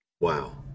Wow